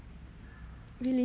really